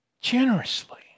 Generously